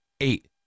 eight